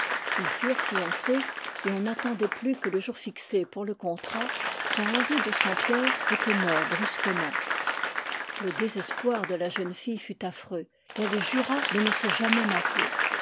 ils furent fiancés et on n'attendait plus que le jour fixé pour le contrat quand henry de sampierre était mort brusquement le désespoir de la jeune fille fut affreux et elle jura de ne se jamais marier